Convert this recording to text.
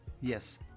Yes